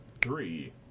three